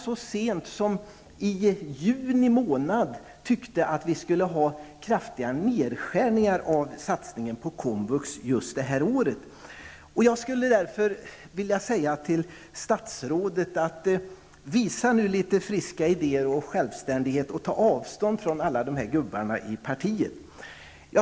Så sent som i juni månad tyckte han att vi skulle skära ned på satsningarna på komvux just detta år. Jag skulle därför vilja säga till statsrådet: Visa nu litet friska ideér och självständighet och ta avstånd från alla de här gubbarna i partiet!